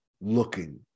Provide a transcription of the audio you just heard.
looking